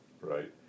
right